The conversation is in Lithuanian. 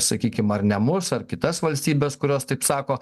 sakykim ar ne mus ar kitas valstybes kurios taip sako